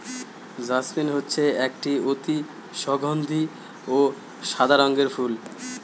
jasmine হচ্ছে একটি অতি সগন্ধি ও সাদা রঙের ফুল